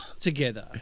together